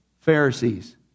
Pharisees